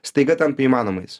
staiga tampa įmanomais